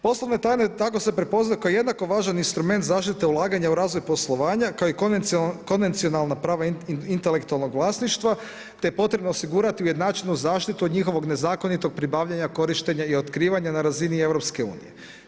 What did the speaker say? Poslovne tajne tako se prepoznaju kao jednako važan instrument zaštite ulaganja u razvoj poslovanja kao i konvencionalna prava intelektualnog vlasništva te je potrebno osigurati ujednačenu zaštitu od njihovog nezakonitog pribavljanja, korištenja i otkrivanja na razini Europske unije.